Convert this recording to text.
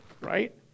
right